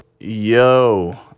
yo